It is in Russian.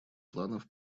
планов